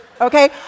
Okay